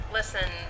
Listen